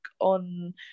on